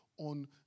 On